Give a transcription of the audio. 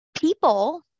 People